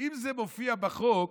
אם זה מופיע בחוק,